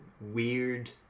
weird